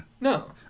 No